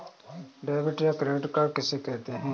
Debit या credit card किसे कहते हैं?